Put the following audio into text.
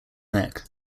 neck